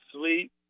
sleep